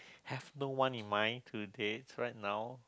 have no one in mind to date right now